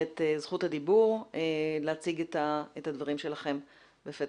את זכות הדיבור להציג את הדברים שלכם.